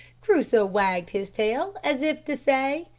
crusoe wagged his tail, as if to say,